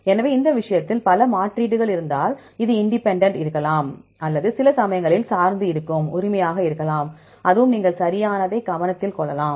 எனவே இந்த விஷயத்தில் பல மாற்றீடுகள் இருந்தால் அது இண்டிபெண்டன்ட் இருக்கலாம் அல்லது சில சமயங்களில் சார்ந்து இருக்கும் உரிமையாக இருக்கலாம் அதுவும் நீங்கள் சரியானதை கவனத்தில் கொள்ளலாம்